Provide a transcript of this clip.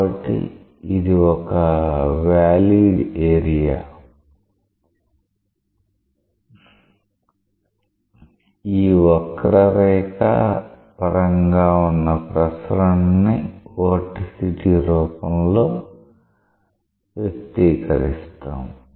కాబట్టి ఇది ఒక వాలీడ్ ఏరియా ఈ వక్రరేఖ పరంగా ఉన్న ప్రసరణ ని వొర్టీసీటీ రూపంలో వ్యక్తీకరిస్తాము